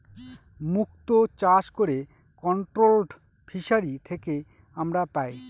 মুক্ত চাষ করে কন্ট্রোলড ফিসারী থেকে আমরা পাই